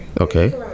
Okay